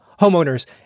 homeowners